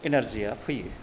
एनारजिआ फैयो